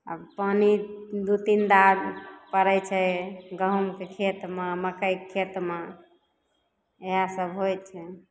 आ पानि दू तीन बेर पड़ै छै गहूॅंमके खेतमे मकइके खेतमे इएह सभ होइ छै